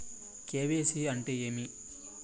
KYC అంటే ఏమి?